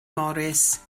morris